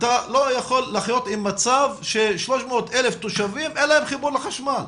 אתה לא יכול לחיות עם מצב ש-300,000 תושבים אין להם חיבור לחשמל.